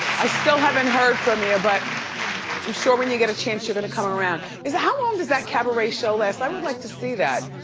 i still haven't heard from you but i'm sure when you get a chance you're gonna come around. how long does that cabaret show last? i would like to see that.